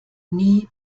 nie